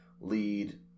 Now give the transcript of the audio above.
lead